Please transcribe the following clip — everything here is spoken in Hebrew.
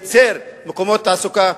צריך לייצר מקומות תעסוקה,